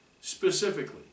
Specifically